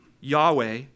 Yahweh